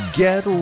get